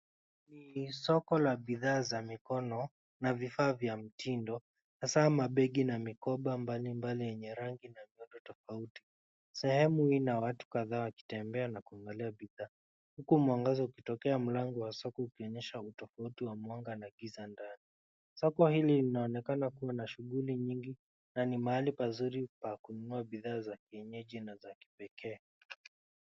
Ni soko la bidhaa za mikono na vifaa vya mtindo hasa mabegi na mikoba mbalimbali yenye rangi na miundo tofauti. Sehemu hii ina watu kadhaa wakitembea na kuangalia bidhaa huku mwangaza ukitokea mlango wa soko ukionyesha utofauti wa mwanga na giza ndani. Soko hili linaonekana kuwa na shughuli nyingi na ni mahali pazuri pa kununua bidhaa za kienyeji na za kipekee.